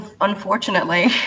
unfortunately